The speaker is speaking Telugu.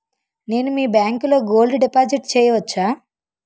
నేను మీ బ్యాంకులో గోల్డ్ డిపాజిట్ చేయవచ్చా?